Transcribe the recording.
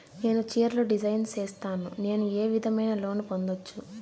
నేను చీరలు డిజైన్ సేస్తాను, నేను ఏ విధమైన లోను పొందొచ్చు